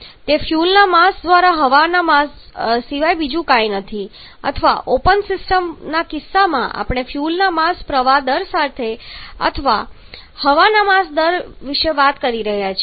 તે ફ્યુઅલના માસ દ્વારા હવાના માસ સિવાય બીજું કંઈ નથી અથવા ઓપન સિસ્ટમ્સના કિસ્સામાં આપણે ફ્યુઅલના માસ પ્રવાહ દર સાથે હવાના માસ પ્રવાહ દર વિશે વાત કરીએ છીએ